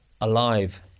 alive